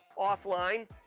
offline